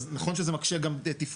אז נכון שזה מקשה גם תפעולית.